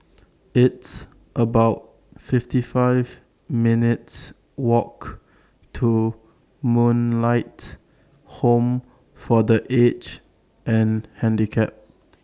It's about fifty five minutes' Walk to Moonlight Home For The Aged and Handicapped